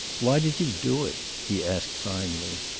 why did you do it? he asked finally.